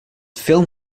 film